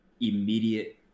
immediate